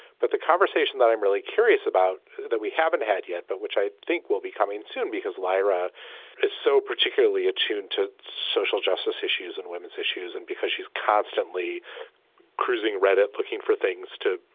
but the conversation that i'm really curious about that we haven't had yet, but which i think will be coming soon because lyra is so particularly attuned to social justice issues and women's issues and because she's constantly cruising reddit looking for things to,